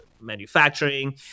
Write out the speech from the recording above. manufacturing